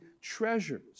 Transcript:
treasures